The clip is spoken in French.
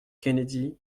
kennedy